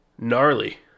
Gnarly